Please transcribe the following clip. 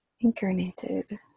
incarnated